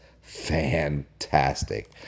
fantastic